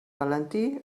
valentí